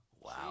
Wow